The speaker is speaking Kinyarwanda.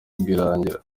rwirangira